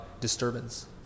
disturbance